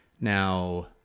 Now